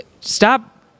stop